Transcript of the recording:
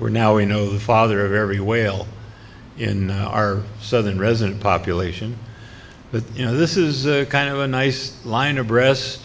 we're now we know the father of every whale in our southern resident population but you know this is kind of a nice line abreast